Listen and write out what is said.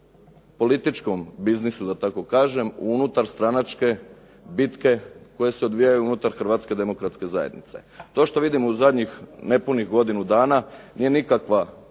političkom biznisu da tako kažem u unutar stranačke bitke koje se odvijaju unutar Hrvatske demokratske zajednice. To što vidimo u zadnjih nepunih godinu dana nije nikakva